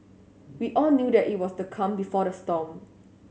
we all knew that it was the calm before the storm